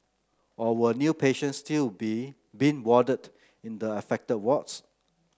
or were new patients still being be warded in the affected wards